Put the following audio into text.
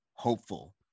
hopeful